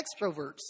extroverts